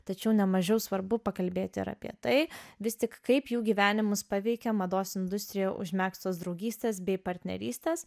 tačiau nemažiau svarbu pakalbėti ir apie tai vis tik kaip jų gyvenimus paveikė mados industrijoje užmegztos draugystės bei partnerystės